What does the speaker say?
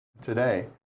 today